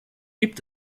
gibt